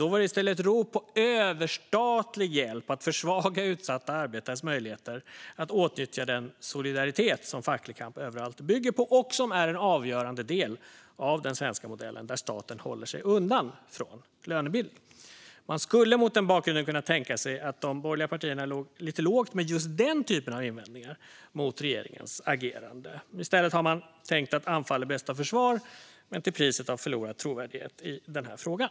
Då kom i stället rop på överstatlig hjälp att försvaga utsatta arbetares möjligheter att åtnjuta den solidaritet som facklig kamp överallt bygger på och som är en avgörande del av den svenska modellen, där staten håller sig undan från lönebildningen. Man skulle mot den bakgrunden kunnat tänka sig att de borgerliga partierna låg lite lågt med just den typen av invändningar mot regeringens agerande. I stället har man tänkt att anfall är bästa försvar, men till priset av förlorad trovärdighet i den här frågan.